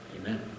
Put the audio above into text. Amen